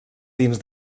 dins